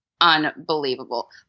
unbelievable